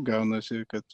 gaunasi kad